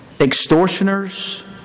extortioners